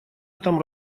этом